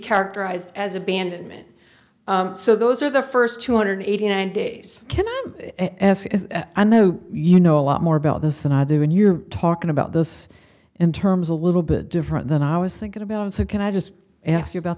characterized as abandonment so those are the first two hundred eighty nine days can i ask i know you know a lot more about this than i do when you're talking about this in terms a little bit different than i was thinking about and so can i just ask you about